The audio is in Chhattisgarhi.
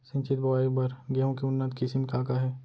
सिंचित बोआई बर गेहूँ के उन्नत किसिम का का हे??